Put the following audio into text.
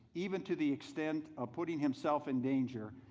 even to the extent of putting himself in danger,